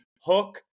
Hook